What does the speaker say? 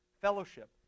fellowship